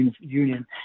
union